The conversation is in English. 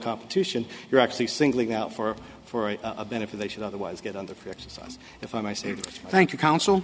competition you're actually singling out for for a benefit they should otherwise get on the exercise if and i say thank you counsel